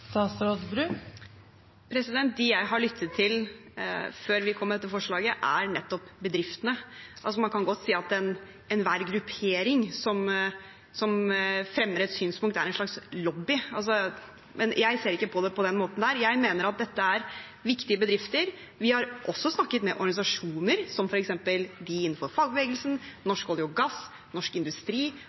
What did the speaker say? De jeg har lyttet til før vi kom med dette forslaget, er nettopp bedriftene. Man kan godt si at enhver gruppering som fremmer et synspunkt, er en slags lobby, men jeg ser ikke på det på den måten. Jeg mener at dette er viktige bedrifter. Vi har også snakket med organisasjoner, som f.eks. de innenfor fagbevegelsen, Norsk olje og gass, Norsk Industri